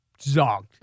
zog